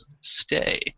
stay